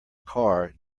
car